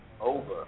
over